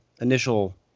initial